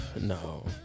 No